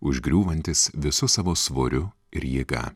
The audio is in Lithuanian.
užgriūvantis visu savo svoriu ir jėga